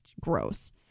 Gross